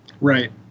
Right